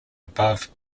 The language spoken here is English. above